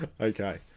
Okay